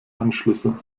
anschlüsse